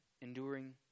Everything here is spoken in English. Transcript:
enduring